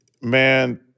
Man